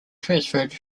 transferred